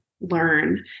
learn